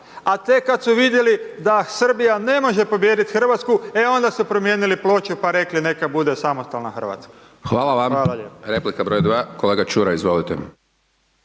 A tek kada su vidjeli da Srbija ne može pobijediti Hrvatsku e onda su promijenili ploču pa rekli neka bude samostalna Hrvatska. Hvala lijepa. **Hajdaš Dončić,